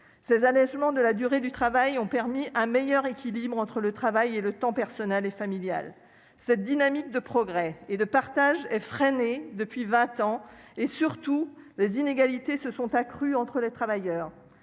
Ces allègements de la durée du travail ont aussi permis un meilleur équilibre entre le travail et le temps personnel et familial. Cette dynamique de progrès et de partage du travail est freinée depuis vingt ans et, surtout, les inégalités se sont accrues entre les travailleurs.